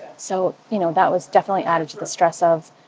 so you know, that was definitely added to the stress of,